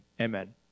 amen